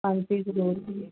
ਹਾਂਜੀ ਜ਼ਰੂਰ ਜੀ